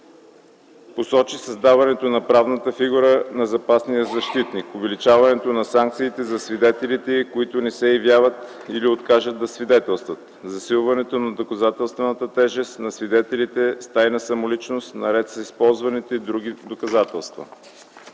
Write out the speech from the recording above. посочи създаването на правната фигура на запасния защитник, увеличаването на санкциите за свидетелите, които не се явят или откажат да свидетелстват, засилването на доказателствената тежест на свидетелите с тайна самоличност наред с използваните други доказателства.